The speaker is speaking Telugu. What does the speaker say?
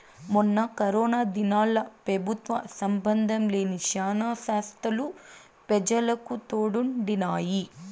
మొన్న కరోనా దినాల్ల పెబుత్వ సంబందం లేని శానా సంస్తలు పెజలకు తోడుండినాయి